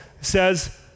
says